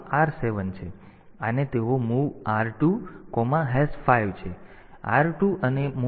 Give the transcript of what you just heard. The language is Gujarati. તેથી આને તેઓ MOV R2 5 છે તેથી R2 અને MOV R25 માં 5 મૂકો